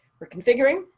we're configuring,